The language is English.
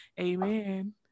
amen